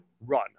run